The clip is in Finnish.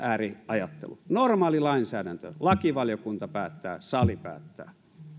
ääriajattelu vaan normaalista lainsäädännöstä lakivaliokunta päättää sali päättää